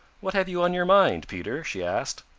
what have you on your mind, peter? she asked.